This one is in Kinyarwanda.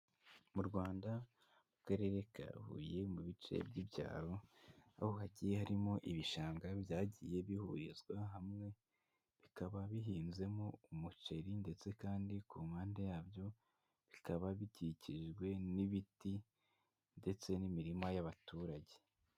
Mu Rwanda mu karere ka Huye mu bice by'ibyaro, aho hagiye harimo ibishanga byagiye bihurizwa hamwe, bikaba bihinzemo umuceri ndetse kandi ku mpande yabyo bikaba bikikijwe n'ibiti ndetse n'imirima y'abaturage.